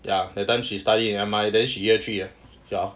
ya that time she study in M_I then she year three ya